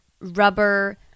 rubber